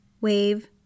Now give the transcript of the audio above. Wave